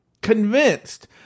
Convinced